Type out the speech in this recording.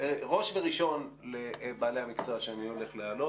ראש וראשון לבעלי המקצוע שאני הולך להעלות